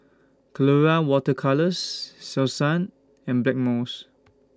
Colora Water Colours Selsun and Blackmores